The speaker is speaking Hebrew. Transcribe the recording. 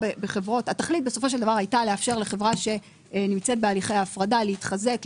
התכלית בסופו של דבר הייתה לאפשר לחברה שנמצאת בהליכי הפרדה להתחזק,